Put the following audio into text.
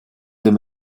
dem